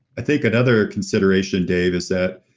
i think another consideration, dave, is that,